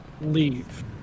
leave